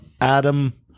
Adam